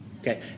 Okay